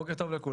בוקר טוב לכולם.